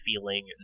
feeling